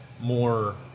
more